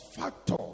factor